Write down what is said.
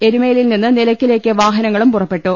എരുമേലി യിൽ നിന്ന് നിലയ്ക്കലേക്ക് വാഹനങ്ങളും പുറ പ്പെട്ടു